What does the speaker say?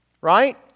right